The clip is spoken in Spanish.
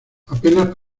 apenas